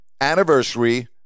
anniversary